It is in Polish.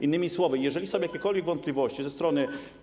Innymi słowy, jeżeli są jakiekolwiek wątpliwości ze strony.